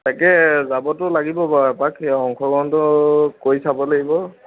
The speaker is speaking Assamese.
তাকে যাবতো লাগিব বাৰু এপাক সেই অংশগ্ৰহণটো কৰি চাব লাগিব